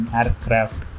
aircraft